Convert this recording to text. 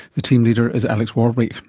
the team leader is alex swarbrick.